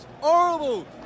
horrible